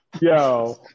Yo